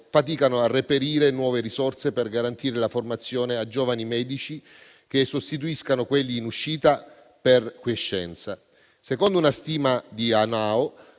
faticano a reperire nuove risorse per garantire la formazione a giovani medici che sostituiscano quelli in uscita per quiescenza. Secondo una stima di Anaao